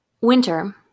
Winter